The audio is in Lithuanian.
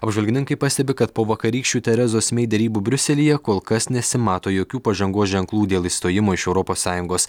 apžvalgininkai pastebi kad po vakarykščių terezos mei derybų briuselyje kol kas nesimato jokių pažangos ženklų dėl išstojimo iš europos sąjungos